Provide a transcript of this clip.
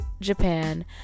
japan